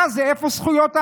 מה זה, איפה זכויות האדם?